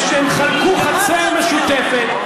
הם חלקו חצר משותפת.